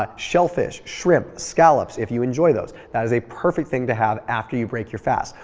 ah shellfish, shrimp, scallops if you enjoy those. that is a perfect thing to have after you break your fast.